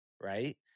right